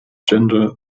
gender